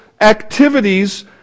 activities